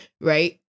Right